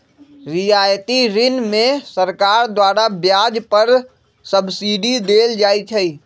रियायती ऋण में सरकार द्वारा ब्याज पर सब्सिडी देल जाइ छइ